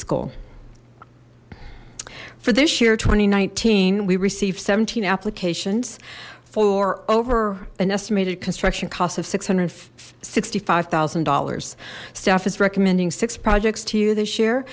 school for this year two thousand and nineteen we receive seventeen applications for over an estimated construction cost of six hundred sixty five thousand dollars staff is recommending six projects to you this year